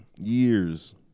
Years